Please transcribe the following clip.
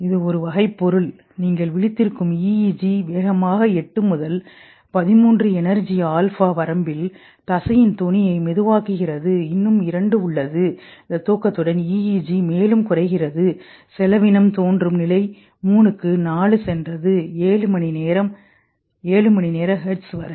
இது ஒரு வகை பொருள் நீங்கள் விழித்திருக்கும் EEG வேகமாக 8 முதல் 13 எனர்ஜி ஆல்பா வரம்பில் தசையின் தொனியை மெதுவாக்குகிறது இன்னும் 2 உள்ளது இந்த தூக்கத்துடன் EEG மேலும் குறைகிறது செலவினம் தோன்றும் நிலை 3 க்கு 4 க்கு சென்றது 7 மணி நேர ஹெர்ட்ஸ் வரை